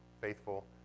faithful